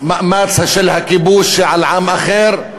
למאמץ של הכיבוש על עם אחר,